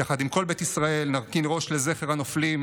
יחד עם כל בית ישראל נרכין ראש לזכר הנופלים,